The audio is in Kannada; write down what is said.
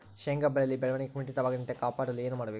ಶೇಂಗಾ ಬೆಳೆಯಲ್ಲಿ ಬೆಳವಣಿಗೆ ಕುಂಠಿತವಾಗದಂತೆ ಕಾಪಾಡಲು ಏನು ಮಾಡಬೇಕು?